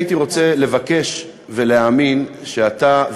הייתי רוצה לבקש ולהאמין שאתה,